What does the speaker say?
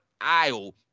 aisle